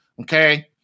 Okay